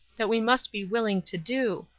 that we must be willing to do,